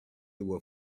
were